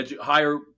higher